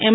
M